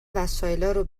وسایلارو